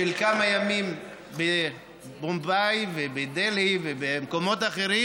של כמה ימים, במומביי ובדלהי והמקומות אחרים.